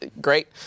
great